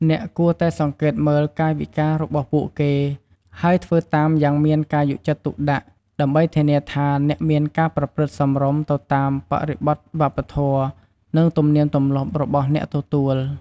អ្នកគួរតែសង្កេតមើលកាយវិការរបស់ពួកគេ ហើយធ្វើតាមយ៉ាងមានការយកចិត្តទុកដាក់ ដើម្បីធានាថាអ្នកមានការប្រព្រឹត្តសមរម្យទៅតាមបរិបទវប្បធម៌ និងទំនៀមទម្លាប់របស់អ្នកទទួល។